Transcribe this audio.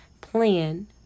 plan